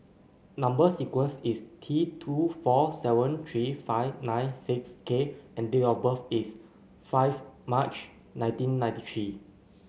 number sequence is T two four seven three five nine six K and date of birth is five March nineteen ninety three